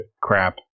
crap